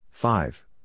Five